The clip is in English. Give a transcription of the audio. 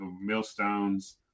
millstones